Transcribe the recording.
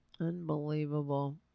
unbelievable